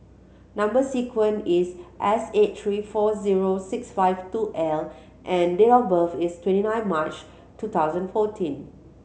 number sequence is S eight three four zero six five two L and date of birth is twenty nine March two thousand fourteen